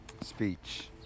speech